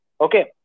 Okay